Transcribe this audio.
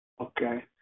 Okay